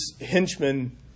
henchmen